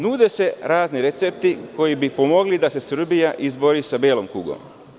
Nude se razni recepti koji bi pomogli da se Srbija izbori sa belom kugom.